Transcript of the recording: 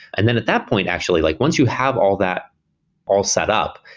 and then at that point actually, like once you have all that all set up,